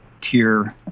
tier